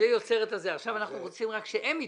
עכשיו אנחנו רוצים שהם ייתנו,